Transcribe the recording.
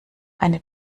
eine